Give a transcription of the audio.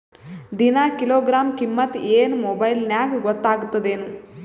ದಿನಾ ಕಿಲೋಗ್ರಾಂ ಕಿಮ್ಮತ್ ಏನ್ ಮೊಬೈಲ್ ನ್ಯಾಗ ಗೊತ್ತಾಗತ್ತದೇನು?